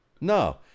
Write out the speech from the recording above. No